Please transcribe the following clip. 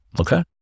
Okay